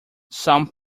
some